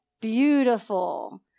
Beautiful